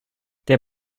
der